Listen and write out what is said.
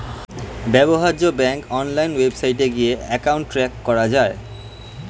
ব্যবহার্য bank online ওয়েবসাইটে গিয়ে অ্যাকাউন্ট ট্র্যাক করা যায়